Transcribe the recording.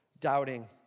doubting